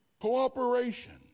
Cooperation